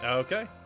Okay